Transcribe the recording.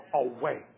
away